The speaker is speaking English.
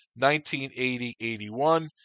1980-81